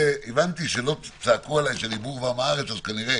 וצעקו עליי שאני בור ועם הארץ, אז כנראה